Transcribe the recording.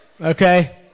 okay